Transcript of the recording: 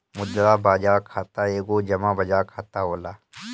मुद्रा बाजार खाता एगो जमा बाजार खाता होला